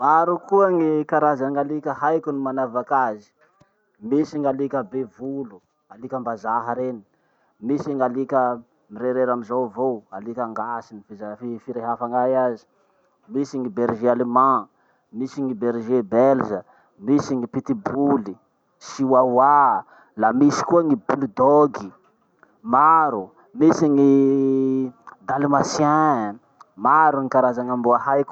Maro koa gny karazan'alika haiko gny manavak'azy. Misy gn'alika be volo, alikam-bazaka reny, misy gn'alika mirerirery amizao avao, alika gasy gny fiza- firehefa ay azy, misy gny berger allemand, misy gny berger belge, misy gny pitbull, chihuahua, la misy koa gny bulldog, maro misy gny dalmatien. Maro ny karazan'amboa haiko.